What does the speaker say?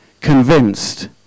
convinced